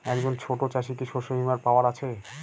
একজন ছোট চাষি কি শস্যবিমার পাওয়ার আছে?